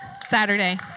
Saturday